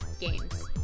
games